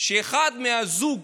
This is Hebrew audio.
שאחד מהזוג